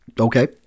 Okay